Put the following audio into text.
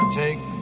take